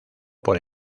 por